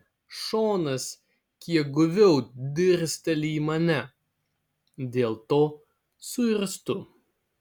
šonas kiek guviau dirsteli į mane dėl to suirztu